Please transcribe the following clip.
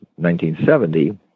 1970